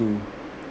too